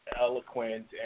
eloquent